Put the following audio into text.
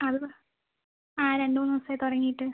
അത് ആ രണ്ട് മൂന്ന് ദിവസമായി തുടങ്ങിയിട്ട്